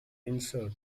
insert